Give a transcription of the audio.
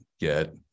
get